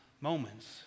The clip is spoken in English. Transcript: moments